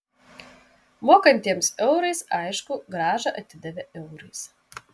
mokantiems eurais aišku grąžą atidavė eurais